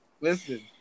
listen